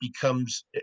becomes